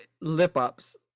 lip-ups